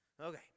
Okay